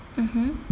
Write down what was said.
mmhmm